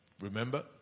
Remember